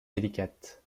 délicate